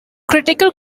critical